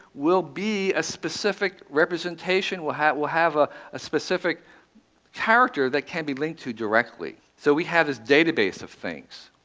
will be a specific representation, will have will have ah a specific character that can be linked to directly. so we have this database of things.